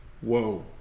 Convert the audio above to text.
Whoa